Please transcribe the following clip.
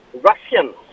Russians